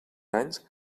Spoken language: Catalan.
anys